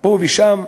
פה ושם,